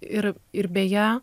ir ir beje